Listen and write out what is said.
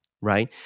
Right